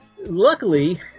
Luckily